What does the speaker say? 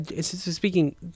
Speaking